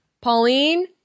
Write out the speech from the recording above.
Pauline